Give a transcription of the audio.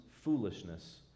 foolishness